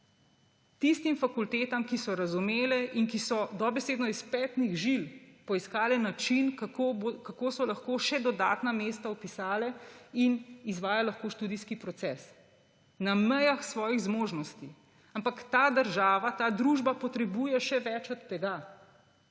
tistim fakultetam, ki so razumele in ki so dobesedno iz petnih žil poiskale način, kako so lahko še dodatna mesta vpisale; in lahko izvajajo študijski proces na mejah svojih zmožnosti. Ampak ta država, ta družba potrebuje še več od tega.